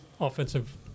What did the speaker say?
offensive